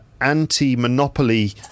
anti-monopoly